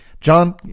John